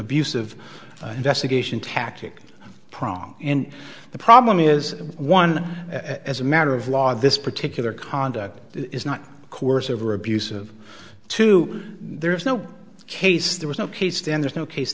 abusive investigation tactic prong in the problem is one as a matter of law this particular conduct is not coercive or abusive to there is no case there was no case then there's no case